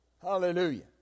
Hallelujah